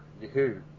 Yahoo